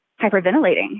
hyperventilating